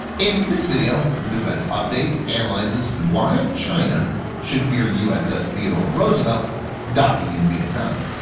in this video defense updates analyzes why china should fear uss theodore roosevelt docking in vietnam?